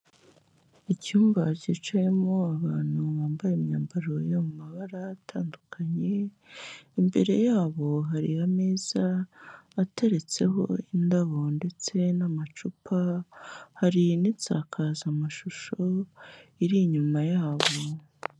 Icyumba cyicayemo abantu bambaye imyambaro yo mu mabara atandukanye, imbere yabo hari ameza ateretseho indabo ndetse n'amacupa, hari n'insakazamashusho iri inyuma yabo.